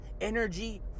energy